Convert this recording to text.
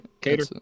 Cater